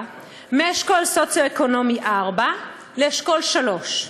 מאשכול סוציו-אקונומי 4 לאשכול 3,